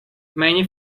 many